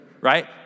right